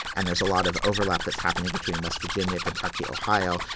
and there's a lot of overlap that's happening between west virginia, kentucky, ohio.